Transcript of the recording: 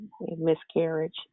miscarriage